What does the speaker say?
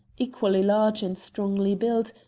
equally large and strongly built,